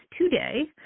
today